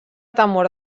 temor